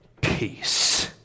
Peace